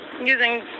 using